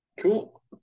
Cool